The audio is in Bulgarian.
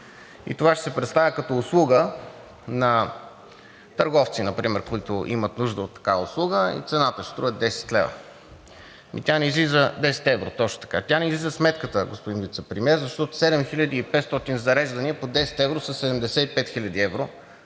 и това ще се представя като услуга на търговци например, които имат нужда от такава услуга, и цената ще струва 10 лв. – десет евро, точно така. Тя не излиза сметката, господин Вицепремиер, защото 7500 зареждания по 10 евро са 75 000 евро,